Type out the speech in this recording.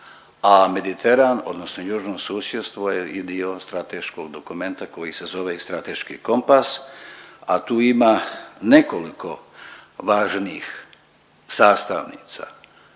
a Mediteran odnosno južno susjedstvo je i dio strateškog dokumenta koji se zove i Strateški kompas, a tu ima nekoliko važnih sastavnica